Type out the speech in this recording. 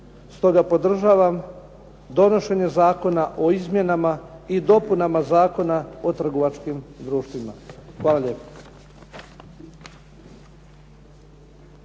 Stoga podržavam donošenje zakona o izmjenama i dopunama Zakona o trgovačkim društvima. Hvala lijepo.